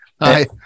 Hi